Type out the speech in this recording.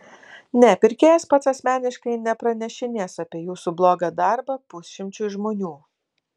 ne pirkėjas pats asmeniškai nepranešinės apie jūsų blogą darbą pusšimčiui žmonių